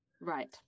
right